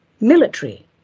military